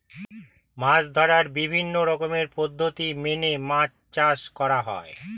মাছ ধরার বিভিন্ন রকমের পদ্ধতি মেনে মাছ চাষ করা হয়